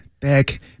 Back